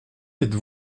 êtes